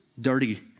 dirty